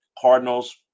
Cardinals